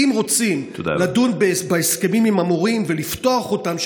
אם רוצים לדון בהסכמים עם המורים ולפתוח אותם,